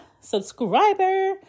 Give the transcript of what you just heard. subscriber